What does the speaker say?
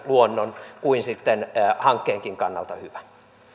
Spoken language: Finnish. luonnon kuin sitten hankkeenkin kannalta hyvä